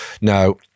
Now